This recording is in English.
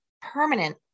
permanent